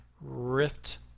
Rift